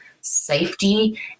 safety